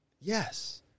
Yes